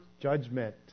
judgment